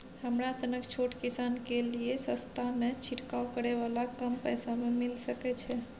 हमरा सनक छोट किसान के लिए सस्ता में छिरकाव करै वाला कम पैसा में मिल सकै छै?